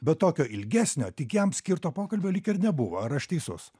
bet tokio ilgesnio tik jam skirto pokalbio lyg ir nebuvo ar aš teisus